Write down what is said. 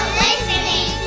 listening